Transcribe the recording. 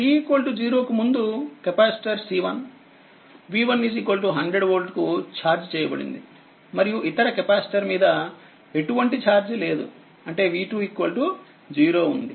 t0 కు ముందుకెపాసిటర్C1 v1 100వోల్ట్ కు ఛార్జ్ చేయబడింది మరియు ఇతర కెపాసిటర్ మీద ఎటువంటి ఛార్జ్ లేదు అంటే v2 0 ఉంది